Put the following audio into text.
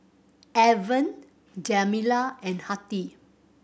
Alvan Jamila and Hattie